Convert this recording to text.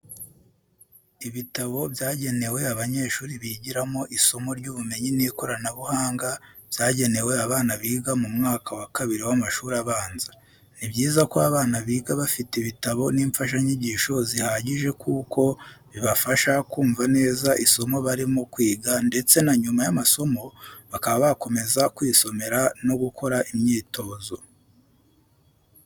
Ibitabo byanegewe abanyeshuri bigiramo isomo ry'ubumenyi n'ikoranabuhanga, byagenewe abana biga mu mwaka wa kabiri w'amashuri abanza. Ni byiza ko abana biga bafite ibitabo n'imfashanyigisho zihagije kuko bibafasha kumva neza isomo barimo kwiga, ndetse na nyuma y'amasomo bakaba bakomeza kwisomera no gukora imyitozo.